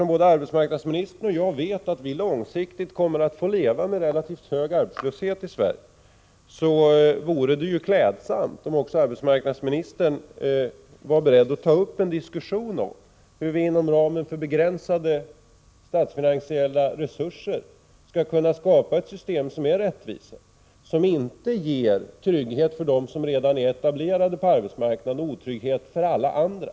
Då både arbetsmarknadsministern och jag vet att vi långsiktigt kommer att få leva med relativt hög arbetslöshet i Sverige, vore det klädsamt om också arbetsmarknadsministern skulle vara beredd att ta upp en diskussion om hur vi inom ramen för begränsade statsfinansiella resurser skall kunna skapa ett system som ger rättvisa — ett system som inte ger trygghet för dem som redan är etablerade på arbetsmarknaden och otrygghet för alla andra.